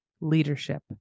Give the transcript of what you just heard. leadership